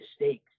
mistakes